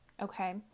Okay